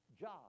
job